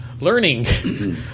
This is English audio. learning